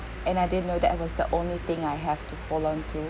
and I didn't know that it was the only thing I have to hold on to